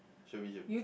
should be should be